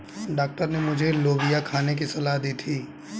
doctor ने मुझे लोबिया खाने की सलाह दी थी